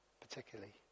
particularly